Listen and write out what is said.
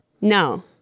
no